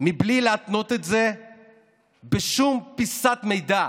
בלי להתנות את זה בשום פיסת מידע,